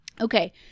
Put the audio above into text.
Okay